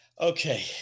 Okay